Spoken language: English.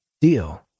deal